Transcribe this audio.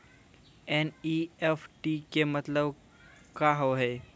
NEFT के मतलब का होव हेय?